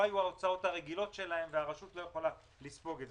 היו ההוצאות הרגילות שלהן והרשות לא יכולה לספוג את זה.